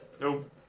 Nope